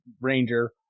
Ranger